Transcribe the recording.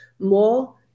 more